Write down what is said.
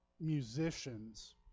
musicians